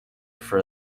for